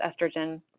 estrogen